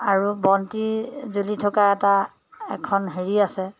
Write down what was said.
আৰু বন্তি জ্বলি থকা এটা এখন হেৰি আছে